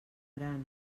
gran